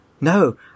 No